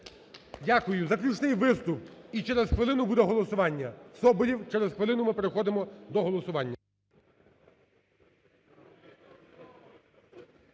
Дякую. Заключний виступ і через хвилину буде голосування, Соболєв, через хвилину ми переходимо до голосування.